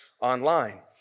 online